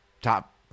top